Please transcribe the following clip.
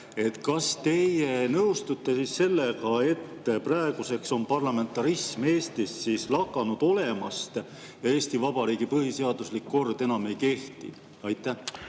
Kas teie nõustute sellega, et praeguseks on parlamentarism Eestis lakanud olemast ja Eesti Vabariigi põhiseaduslik kord enam ei kehti? Suur